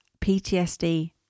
PTSD